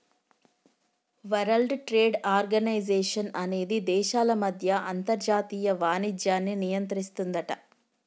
world trade organisation అనేది దేశాల మధ్య అంతర్జాతీయ వాణిజ్యాన్ని నియంత్రిస్తుందట